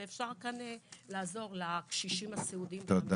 ואפשר כאן לעזור לקשישים הסיעודיים ולמשפחות.